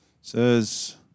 Says